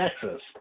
Texas